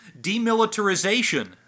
Demilitarization